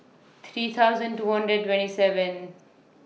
three thousand two hundred twenty seven